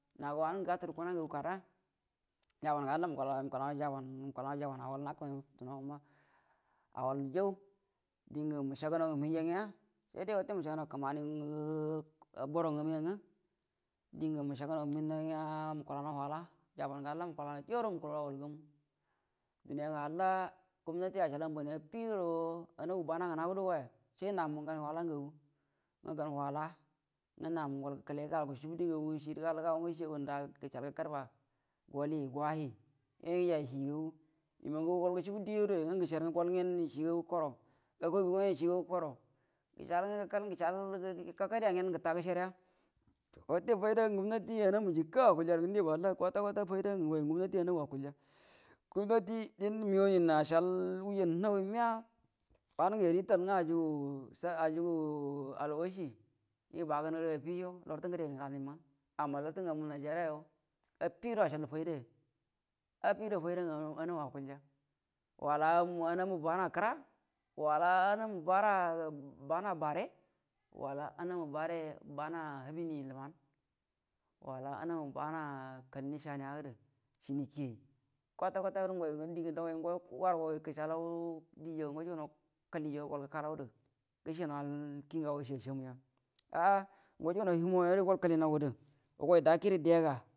Nago wanungə gatal kuna ngagu kada jaban ngə halla mukulanauyo mukulanau jban ngə nakalmoni duno wall jau dingə mushagənau ngə uninauya nga ille wate mushagənau kəmani ngo boro ngamu anga dingə mushagənau mihnanga nya muku lanau wala jabai ngə halla mukula manyo jaro mukulaurə awalgamu duniya ngə halla gumnati ashal amfani fidoro anagu bana goya shai namu gah wala ngagu nga gan wala nga namu gal gəkəle gal gushubu di ngagu shidə gal gau nga ishaguga nda gəshal gakadə ba galhi guwahi yaija ishigagu gol gəshilbu diyadaya nga gəshardə gol gen ishigagu koro gakai gu ngen ishagu kore gəshal-gakadə gəshal ga kadəya ngen gəta gəsherya wate faida ngə gumnati anamu jikə akulyarə ngundə yaba halla kwata-kwata faida gə ngai ngə gumnati anamu go akulya yo di dində migau uh a shal wujan hawi miya wannungə yem ital nnga ajugu-ajugu alwashu ibagənə rə afishe lartə ugəde ngəra ninma amma lartə ngamu nigeria ya affida ashal faridaya affide farida ngə anamu akulya wala nanamu-anamu bana kəra wala anamu bana-bana bare wala anamu bare- ban hibiui luman wala anamu bana kalui shaniyadə shini ki kwata-kwata ngoi ngə dingə wanu gagai gəshalau dijaga ngo jugunau kəlijo gol gəkalandə gəshinawal ki ngagoi shi ashamuya a’a ngo jugunau limo yudə gol kəlinaudə wugai dakirə dega.